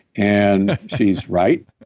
and she's right.